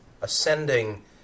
ascending